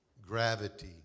Gravity